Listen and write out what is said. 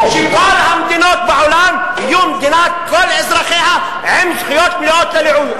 שכל המדינות בעולם יהיו מדינת כל אזרחיה עם זכויות מלאות למיעוט.